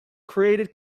created